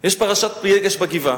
יש פרשת פילגש בגבעה.